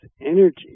energy